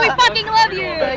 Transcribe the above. like fucking love you!